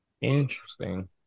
Interesting